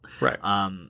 right